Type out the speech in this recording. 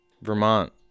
Vermont